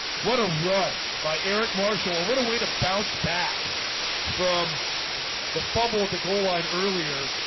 what a run by eric marshall ah what a way to bounce back from the fumble at the goal line earlier,